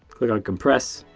click on compress,